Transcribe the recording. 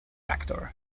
actor